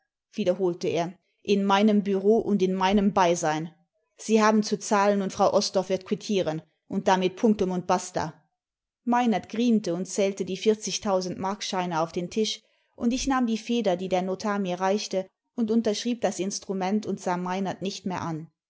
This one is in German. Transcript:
wiederholte er in meinem bureau und in meinem beisein sie haben zu zahlen imd frau osdorff wird quittieren und damit punktum imd basta meinert griente und zählte die vierzig tausendmarkscheine auf den tisch und ich nahm die feder die der notar mir reichte und unterschrieb das instrument und sah meinert nicht mehr an